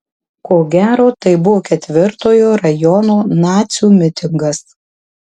ko gero tai buvo ketvirtojo rajono nacių mitingas